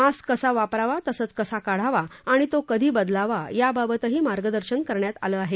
mask कसा वापरावा तसंच कसा काढावा आणि तो कधी बदलावा याबाबत मार्गदर्शन करण्यात आलं आहे